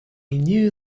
knew